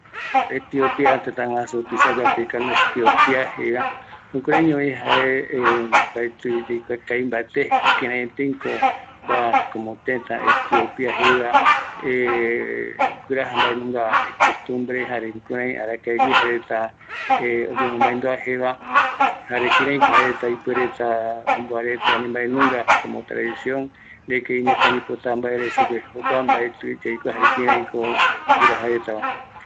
Etipia pegua reta jaeko jaereta icultura jae arakae guiema ou jaeko jaereta oime guɨnoi imbaei ikalendario jare ialfabeto jare ireligion ortoxa jare oime jaereta itradiccion jaeko meskel jei jae jokua jaereta jeko jare ma guɨrovia katu jae reta jeko